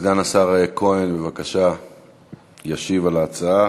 סגן השר כהן ישיב על ההצעה.